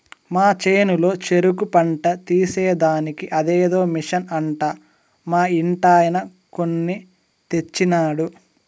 మా చేనులో చెరుకు పంట తీసేదానికి అదేదో మిషన్ అంట మా ఇంటాయన కొన్ని తెచ్చినాడు